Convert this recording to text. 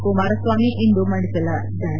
ಕುಮಾರಸ್ವಾಮಿ ಇಂದು ಮಂಡಿಸಲಿದ್ದಾರೆ